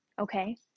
Okay